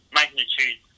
magnitude